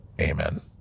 Amen